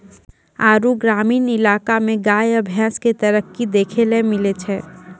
आरु ग्रामीण इलाका मे गाय या भैंस मे तरक्की देखैलै मिलै छै